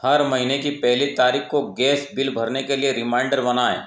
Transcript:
हर महीने की पहली तारीख़ को गैस बिल भरने के लिए रिमाइंडर बनाएँ